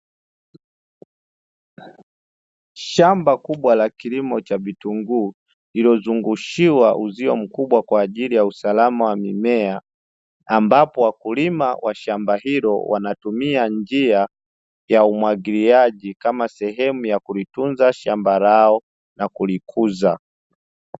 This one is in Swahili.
Shamba kubwa la kilimo cha vitunguu lililo zungushiwa uzio mkubwa kwaajili ya usalama wa mimea ambapo wakulima wa shamba hilo wakitumia njia ya umwagiliaji kama sehemu ya kulitunza shamba lao na kulikuza.